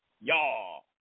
Y'all